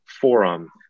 forum